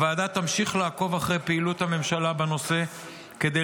הוועדה תמשיך לעקוב אחר פעילות הממשלה בנושא כדי